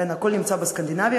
כן, הכול נמצא בסקנדינביה.